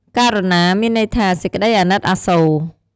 ករុណា មានន័យថា សេចក្តីអាណិតអាសូរ។